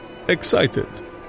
excited